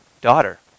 daughter